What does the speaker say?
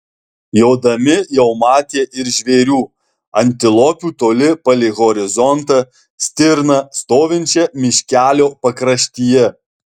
jodami jau matė ir žvėrių antilopių toli palei horizontą stirną stovinčią miškelio pakraštyje